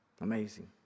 Amazing